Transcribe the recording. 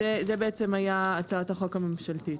זו בעצם הייתה הצעת החוק הממשלתית.